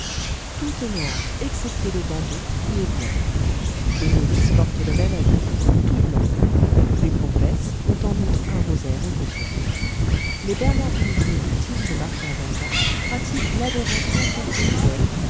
tout est noir excepté le bandeau qui est blanc les novices portent le même habit tout blanc les professes ont en outre un rosaire au côté les bernardines bénédictines de martin verga pratiquent l'adoration perpétuelle